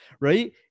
right